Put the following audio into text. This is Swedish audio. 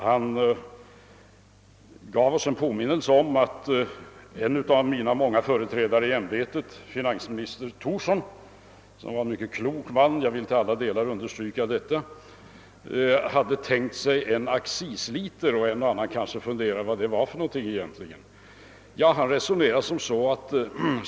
Herr Vigelsbo gav oss en påminnelse om att en av mina många företrädare i ämbetet, finansminister Thorsson, som var en mycket klok man — jag vill till alla delar understryka detta omdöme — hade tänkt sig att införa en »accisliter». En och annan av kammarens ledamöter kanske funderade över vad det egentligen var för något. Ja, Thorsson resonerade på följande sätt.